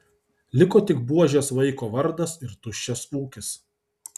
liko tik buožės vaiko vardas ir tuščias ūkis